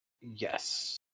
Yes